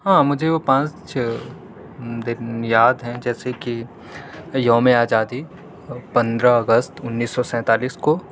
ہاں مجھے وہ پانچ دن یاد ہیں جیسے کہ یومِ آزادی پندرہ اگست انیس سو سینتالیس کو